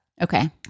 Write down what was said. Okay